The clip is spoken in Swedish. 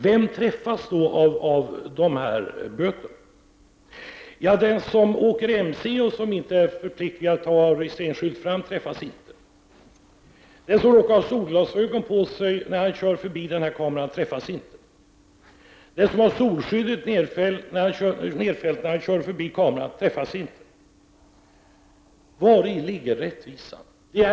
Vem träffas av dessa böter? Den som åker mc och som inte är förpliktigad att ha registreringsskylt framtill träffas inte. Den som råkar ha solglasögon på sig när han kör förbi denna kamera träffas inte. Den som har solskyddet nedfällt när han kör förbi kameran träffas inte. Vari ligger rättvisan?